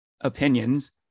opinions